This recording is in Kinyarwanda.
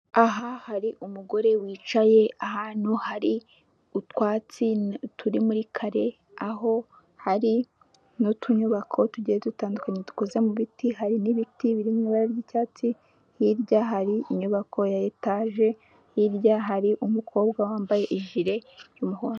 Aha hari umugore wicaye ahantu hari utwatsi turi muri kare, aho hari n'utunyubako tugiye dutandukanye dukoze mu biti, hari n'ibiti biri mu ibara ry'icyatsi, hirya hari inyubako ya etage, hirya hari umukobwa wambaye ijiri y'umuhondo.